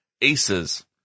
Aces